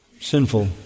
sinful